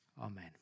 Amen